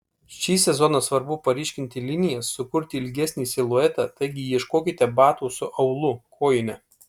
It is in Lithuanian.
šį sezoną svarbu paryškinti linijas sukurti ilgesnį siluetą taigi ieškokite batų su aulu kojine